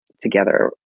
together